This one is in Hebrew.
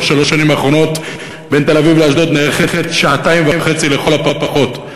בשלוש השנים האחרונות נמשכת שעתיים וחצי לכל הפחות.